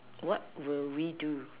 what will we do